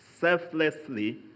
selflessly